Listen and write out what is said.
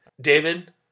David